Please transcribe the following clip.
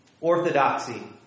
Orthodoxy